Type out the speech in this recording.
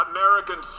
American